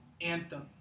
anthem